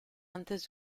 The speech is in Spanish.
antes